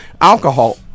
alcohol